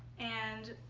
and